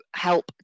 help